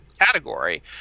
category